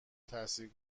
تاثیر